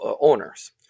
owners